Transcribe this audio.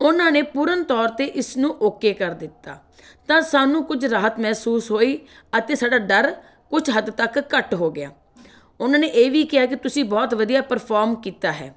ਉਹਨਾਂ ਨੇ ਪੂਰਨ ਤੌਰ 'ਤੇ ਇਸ ਨੂੰ ਓਕੇ ਕਰ ਦਿੱਤਾ ਤਾਂ ਸਾਨੂੰ ਕੁਝ ਰਾਹਤ ਮਹਿਸੂਸ ਹੋਈ ਅਤੇ ਸਾਡਾ ਡਰ ਕੁਝ ਹੱਦ ਤੱਕ ਘੱਟ ਹੋ ਗਿਆ ਉਹਨਾਂ ਨੇ ਇਹ ਵੀ ਕਿਹਾ ਕਿ ਤੁਸੀਂ ਬਹੁਤ ਵਧੀਆ ਪਰਫੋਰਮ ਕੀਤਾ ਹੈ